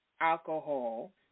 alcohol